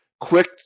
quick